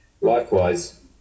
likewise